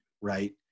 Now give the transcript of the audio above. right